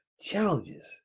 challenges